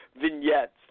vignettes